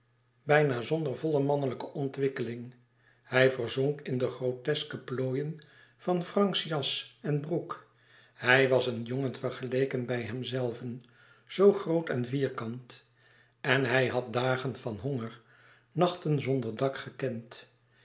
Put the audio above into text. bijna zonder volle mannelijke ontwikkeling hij verzonk in de groteske plooien van franks jas en broek hij was een jongen vergeleken bij hemzelven zoo groot en vierkant en hij had dagen van honger nachten zonder dak gekend